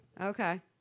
Okay